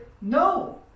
No